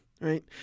right